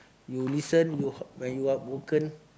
you listen you when you heartbroken